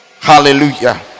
Hallelujah